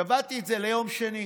קבעתי את זה ליום שני.